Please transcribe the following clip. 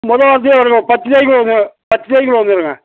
மொதல் வாரத்திலியே வருங்க பத்து தேதிக்குள்ளே வருங்க பத்து தேதிக்குள்ளே வந்துடுங்க